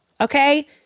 Okay